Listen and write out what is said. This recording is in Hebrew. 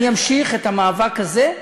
אני אמשיך את המאבק הזה,